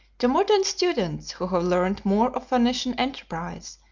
to modern students, who have learnt more of phoenician enterprise,